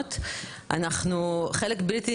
זה גם, מעל 200